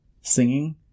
Singing